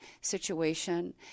situation